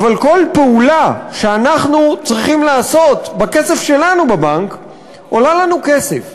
אבל כל פעולה שאנחנו צריכים לעשות בכסף שלנו בבנק עולה לנו כסף.